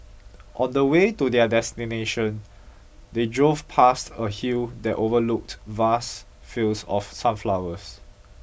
on the way to their destination they drove past a hill that overlooked vast fields of sunflowers